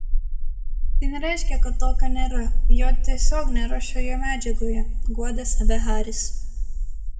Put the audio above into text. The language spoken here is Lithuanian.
tai nereiškia kad tokio nėra jo tiesiog nėra šioje medžiagoje guodė save haris